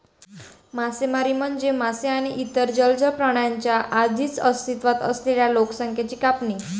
मासेमारी म्हणजे मासे आणि इतर जलचर प्राण्यांच्या आधीच अस्तित्वात असलेल्या लोकसंख्येची कापणी